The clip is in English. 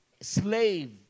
slave